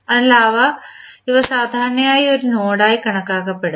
അതിനാൽ ഇവ സാധാരണയായി ഒരു നോഡായി കണക്കാക്കപ്പെടുന്നു